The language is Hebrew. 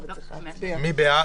מי בעד?